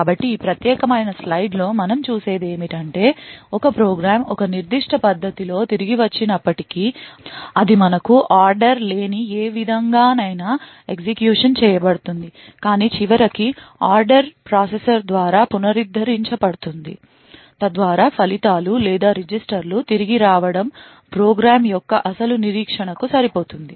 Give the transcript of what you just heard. కాబట్టి ఈ ప్రత్యేకమైన స్లయిడ్లో మనం చూసేది ఏమిటంటే ఒక ప్రోగ్రామ్ ఒక నిర్దిష్ట పద్ధతిలో తిరిగి వచ్చినప్పటికీ అది మనకు ఆర్డర్ లేని ఏ విధంగానైనా ఎగ్జిక్యూషన్ చేయబడుతుంది కాని చివరికి ఆర్డర్ ప్రాసెసర్ ద్వారా పునరుద్ధరించబడుతుంది తద్వారా ఫలితాలు లేదా రిజిస్టర్లు తిరిగి రావడం ప్రోగ్రామ్ యొక్క అసలు నిరీక్షణకు సరిపోతుంది